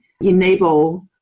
enable